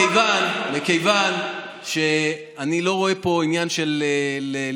מכיוון שאני לא רואה פה עניין של להגדיר